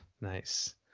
nice